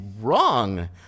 wrong